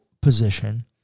position